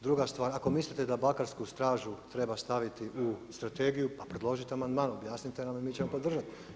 Druga stvar, ako mislite da bakarsku stražu treba staviti u strategiju, pa predložite amandman, objasnite nam i mi ćemo podržati.